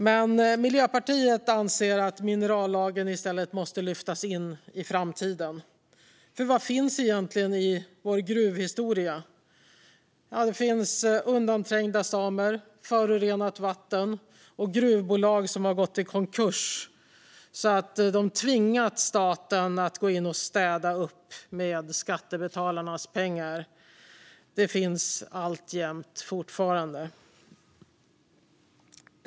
Men Miljöpartiet anser att minerallagen i stället måste lyftas in i framtiden. För vad finns egentligen i vår gruvhistoria? Det finns undanträngda samer och förorenat vatten. Det finns också gruvbolag som gått i konkurs och tvingat staten att gå in och städa upp med skattebetalarnas pengar. Detta finns alltjämt.